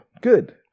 good